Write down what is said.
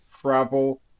travel